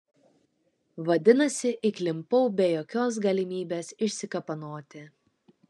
vadinasi įklimpau be jokios galimybės išsikapanoti